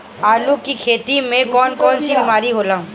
आलू की खेती में कौन कौन सी बीमारी होला?